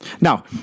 Now